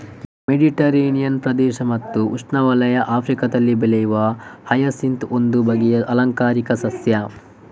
Mediterranean ಪ್ರದೇಶ ಮತ್ತು ಉಷ್ಣವಲಯದ ಆಫ್ರಿಕಾದಲ್ಲಿ ಬೆಳೆಯುವ ಹಯಸಿಂತ್ ಒಂದು ಬಗೆಯ ಆಲಂಕಾರಿಕ ಸಸ್ಯ